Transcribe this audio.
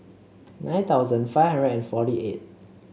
nine thousand five hundred and forty eight